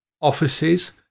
offices